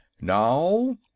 now